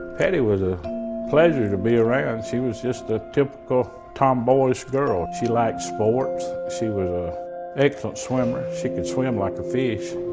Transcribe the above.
patti was a pleasure to be around. she was just a typical tomboy-ish girl. she liked sports, she was an ah excellent swimmer, she could swim like a fish.